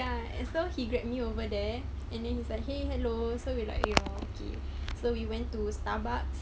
ya and so he grabbed me over there and then he's like !hey! hello so we're like eh okay so we went to starbucks